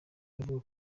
bavuga